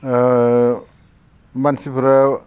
मानसिफोरा